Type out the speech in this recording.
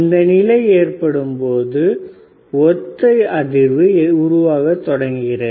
இந்த நிலை ஏற்படும் பொழுது ஒத்த அதிர்வு உருவாகத் தொடங்குகிறது